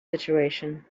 situation